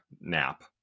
nap